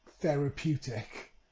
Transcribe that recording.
therapeutic